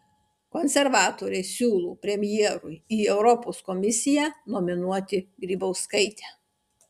konservatoriai siūlo premjerui į europos komisiją nominuoti grybauskaitę